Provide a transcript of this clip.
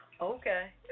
okay